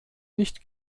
nicht